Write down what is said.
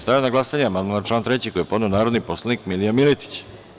Stavljam na glasanje amandman na član 3. koji je podneo narodni poslanik Milija Miletić.